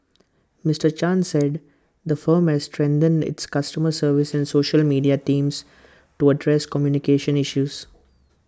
Mister chan said the firm has strengthened its customer service and social media teams to address communication issues